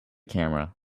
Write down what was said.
camera